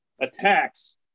attacks